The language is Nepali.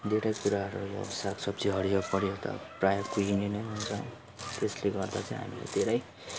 धेरै कुराहरू यो साग सब्जी हरियो परियो त प्रायः कुहिने नै हुन्छ त्यसले गर्दा चाहिँ हामीले धेरै